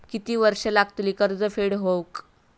किती वर्षे लागतली कर्ज फेड होऊक?